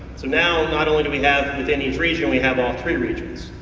so now, not only do we have within each region, we have all three regions.